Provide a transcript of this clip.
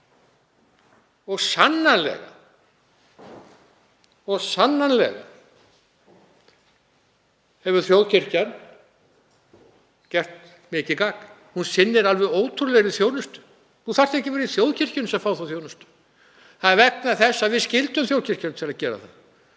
og sannarlega hefur þjóðkirkjan gert mikið gagn. Hún veitir alveg ótrúlega þjónustu. Fólk þarf ekki að vera í þjóðkirkjunni til að fá þá þjónustu. Það er vegna þess að við skyldum þjóðkirkjuna til að gera það.